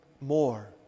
more